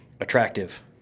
attractive